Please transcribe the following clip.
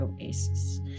oasis